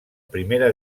primera